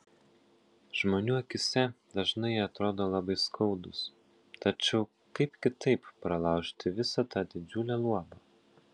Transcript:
žmonių akyse dažnai jie atrodo labai skaudūs tačiau kaip kitaip pralaužti visa tą didžiulę luobą